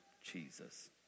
Jesus